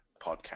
podcast